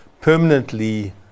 permanently